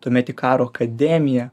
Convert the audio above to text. tuomet į karo akademiją